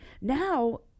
now